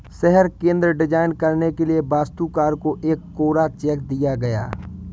शहर केंद्र डिजाइन करने के लिए वास्तुकार को एक कोरा चेक दिया गया